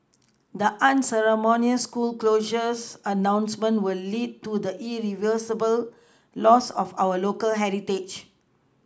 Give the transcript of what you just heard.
the unceremonious school closures announcement will lead to the irreversible loss of our local heritage